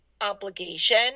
obligation